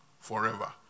forever